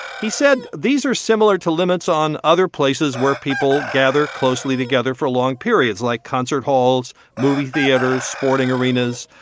he said these are similar to limits on other places where people gather closely together for long periods like concert halls, movie theaters, sporting arenas.